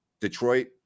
Detroit